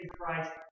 Christ